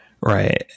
Right